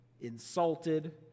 insulted